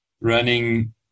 running